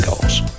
goals